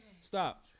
Stop